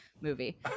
movie